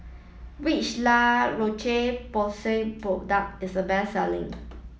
which La Roche Porsay product is the best selling